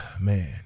man